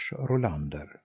Rolander